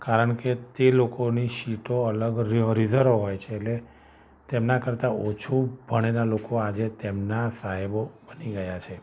કારણ કે તે લોકોની સીટો અલગ રિઝર્વ હોય છે એટલે તેમના કરતાં ઓછુ ભણેલા લોકો આજે તેમના સાહેબો બની ગયા છે